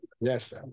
Yes